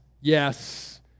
yes